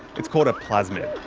it's called a plasmid.